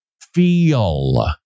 feel